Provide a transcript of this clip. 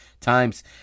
Times